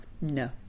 No